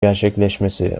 gerçekleşmesi